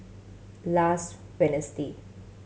last Wednesday